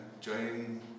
join